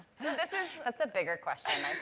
so this is, that's a bigger question,